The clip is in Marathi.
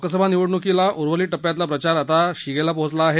लोकसभा निवडणुकीला उर्वरित टप्प्यातला प्रचार आता शिगेला पोचला आहे